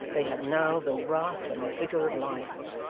they had now the wrath and vigour of lions.